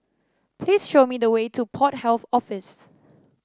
please show me the way to Port Health Office